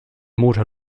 motor